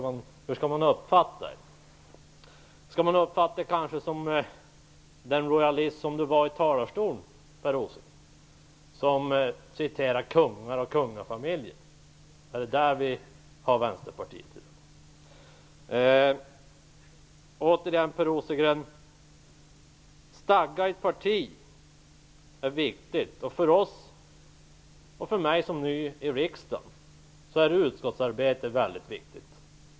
Hur skall man uppfatta det? Skall man uppfatta Per Rosengren som den rojalist han var i talarstolen när han citerade ur en text om kungar och kungafamiljer? Är det där vi har Vänsterpartiet i dag? Stadga i ett parti är viktigt. För mig som är ny i riksdagen är utskottsarbetet väldigt viktigt.